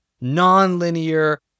non-linear